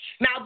Now